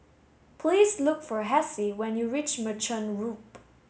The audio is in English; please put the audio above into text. please look for Hessie when you reach Merchant Loop